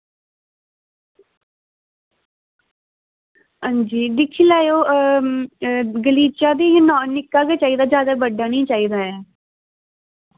हां जी दिक्खी लैयो गलीचा बी इ'य्यां ना निक्का गै चाहिदा ज्यादा बड्डा नी चाहिदा ऐ